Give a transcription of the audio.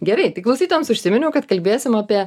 gerai tai klausytojams užsiminiau kad kalbėsim apie